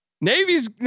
Navy's